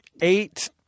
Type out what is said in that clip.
eight